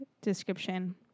description